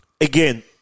again